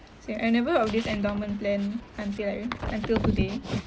same I've never heard of this endowment plan until like maybe until today